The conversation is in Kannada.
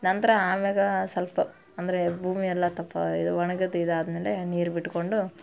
ನಂತರ ಆಮೇಲ ಸ್ವಲ್ಪ ಅಂದರೆ ಭೂಮಿ ಎಲ್ಲ ಇದು ಒಣ್ಗಿದ ಇದು ಆದಮೇಲೆ ನೀರು ಬಿಟ್ಟುಕೊಂಡು